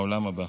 העולם הבא,